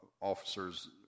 officers